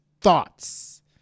thoughts